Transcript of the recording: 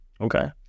Okay